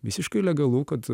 visiškai legalu kad